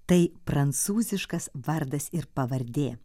tai prancūziškas vardas ir pavardė